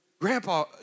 Grandpa